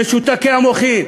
משותקי המוחין,